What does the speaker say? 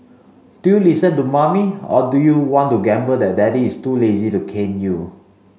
do you listen to mommy or do you want to gamble that daddy is too lazy to cane you